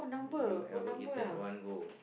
you ever eaten at one go